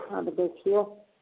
दै छिए